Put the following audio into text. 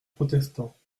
protestants